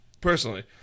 personally